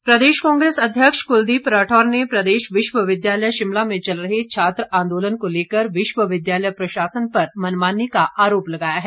राठौर प्रदेश कांग्रेस अध्यक्ष कुलदीप राठौर ने प्रदेश विश्वविद्यालय शिमला में चल रहे छात्र आंदोलन को लेकर विश्वविद्यालय प्रशासन पर मनमानी का आरोप लगाया है